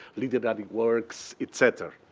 literary works, et cetera.